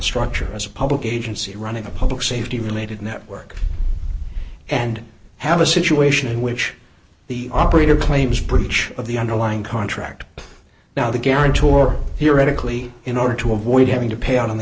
structure as a public agency running a public safety related network and have a situation in which the operator claims breach of the underlying contract now the guarantor theoretically in order to avoid having to pay on the